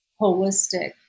holistic